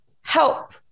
help